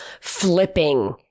flipping